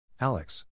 Alex